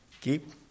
Keep